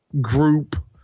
group